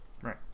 right